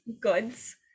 goods